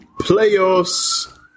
Playoffs